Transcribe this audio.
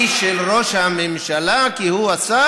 אמרתי שהאחריות היא של ראש הממשלה, כי הוא השר.